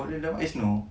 korean drama is no